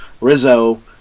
Rizzo